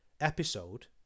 episode